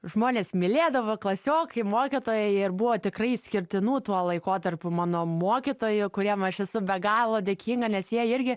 žmonės mylėdavo klasiokai mokytojai ir buvo tikrai išskirtinų tuo laikotarpiu mano mokytoja kuriem aš esu be galo dėkinga nes jei irgi